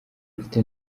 mfite